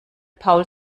paul